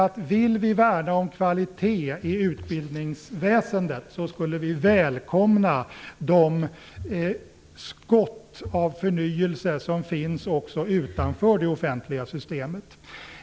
Om vi vill värna kvaliteten i utbildningsväsendet tycker jag att vi borde välkomna de skott av förnyelser som finns också utanför det offentliga systemet.